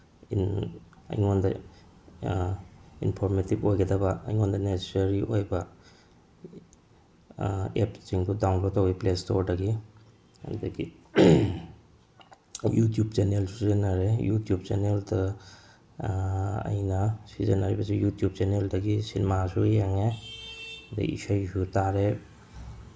ꯑꯩꯉꯣꯟꯗ ꯏꯟꯐꯣꯔꯃꯦꯇꯤꯞ ꯑꯣꯏꯒꯗꯕ ꯑꯩꯉꯣꯟꯗ ꯅꯦꯁꯦꯁꯔꯤ ꯑꯣꯏꯕ ꯑꯦꯞꯁꯤꯡꯗꯣ ꯗꯥꯎꯟꯂꯣꯠ ꯇꯧꯋꯤ ꯄ꯭ꯂꯦ ꯏꯁꯇꯣꯔꯗꯒꯤ ꯑꯗꯒꯤ ꯌꯨꯇ꯭ꯌꯨꯞ ꯆꯦꯅꯦꯜꯁꯨ ꯁꯤꯖꯤꯟꯅꯔꯦ ꯌꯨꯇ꯭ꯌꯨꯞ ꯆꯦꯅꯦꯜꯗ ꯑꯩꯅ ꯁꯤꯖꯤꯟꯅꯔꯤꯕꯁꯤ ꯌꯨꯇ꯭ꯌꯨꯞ ꯆꯦꯅꯦꯜꯗꯒꯤ ꯁꯤꯅꯦꯃꯥꯁꯨ ꯌꯦꯡꯉꯦ ꯑꯗꯩ ꯏꯁꯩꯁꯨ ꯇꯥꯔꯦ